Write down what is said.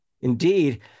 indeed